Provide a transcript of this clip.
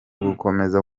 gukomeza